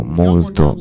molto